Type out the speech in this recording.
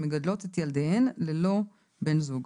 שמגדלות את ילדיהן ללא בן זוג.